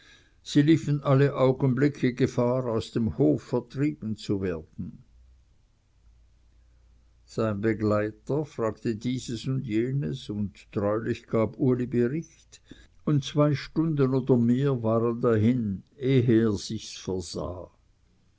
sie liefen alle augenblicke gefahr aus dem hof vertrieben zu werden sein begleiter fragte dies und jenes und treulich gab uli bericht und zwei stunden oder mehr waren dahin ehe er sichs versah